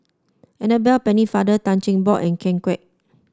Annabel Pennefather Tan Cheng Bock and Ken Kwek